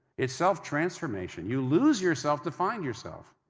it's self-transformation. you lose yourself to find yourself.